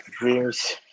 Dreams